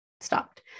stopped